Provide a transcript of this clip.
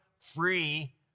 free